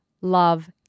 love